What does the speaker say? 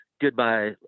goodbye